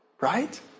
Right